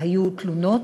היו תלונות,